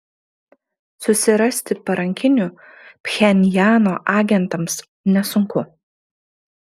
susirasti parankinių pchenjano agentams nesunku